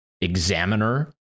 Examiner